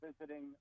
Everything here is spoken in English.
visiting